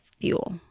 fuel